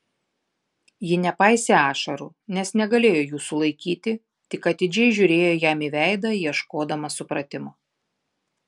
ji nepaisė ašarų nes negalėjo jų sulaikyti tik atidžiai žiūrėjo jam į veidą ieškodama supratimo